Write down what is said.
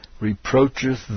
reproacheth